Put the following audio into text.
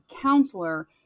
counselor